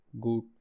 good